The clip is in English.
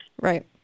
Right